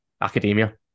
academia